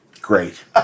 Great